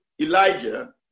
Elijah